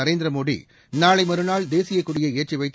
நரேந்திர மோடி நாளை மறுநாள் தேசியக் கொடியை ஏற்றி வைத்து